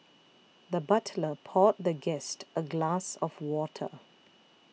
the butler poured the guest a glass of water